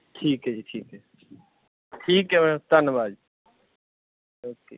ਠੀਕ ਹੈ ਜੀ ਠੀਕ ਹੈ ਠੀਕ ਹੈ ਮੈਮ ਧੰਨਵਾਦ ਓਕੇ